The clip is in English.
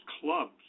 clubs